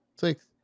Six